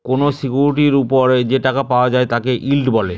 কোনো সিকিউরিটির ওপর যে টাকা পাওয়া যায় তাকে ইল্ড বলে